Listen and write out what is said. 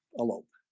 elope